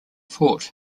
fort